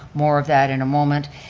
more of that in a moment,